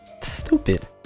Stupid